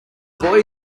boy